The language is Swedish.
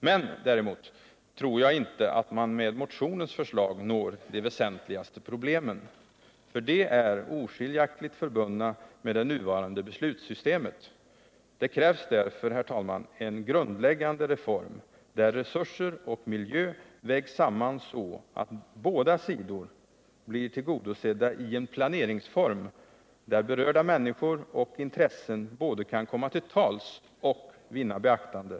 Men jag tror däremot inte att man med motionens förslag når de väsentligaste problemen, för de är oskiljaktigt förbundna med det nuvarande 197 Nr 48 beslutssystemet. Det krävs därför, herr talman, en grundläggande reform Onsdagen den som gör att resurser och miljö vägs samman så att båda sidor blir 6 december 1978 tillgodosedda i en planeringsform, där berörda människor och intressen både kan komma till tals och vinna beaktande.